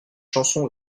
chanson